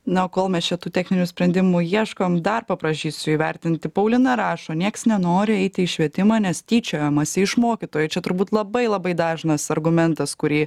na o kol mes čia tų techninių sprendimų ieškom dar paprašysiu įvertinti paulina rašo nieks nenori eiti į švietimą nes tyčiojamasi iš mokytojų čia turbūt labai labai dažnas argumentas kurį